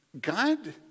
God